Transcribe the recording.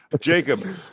Jacob